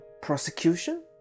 prosecution